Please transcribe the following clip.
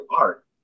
art